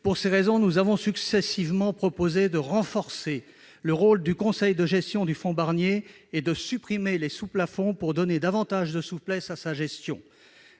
Pour ces raisons, nous avons successivement proposé : de renforcer le rôle du conseil de gestion du fonds Barnier et de supprimer les sous-plafonds pour donner davantage de souplesse à sa gestion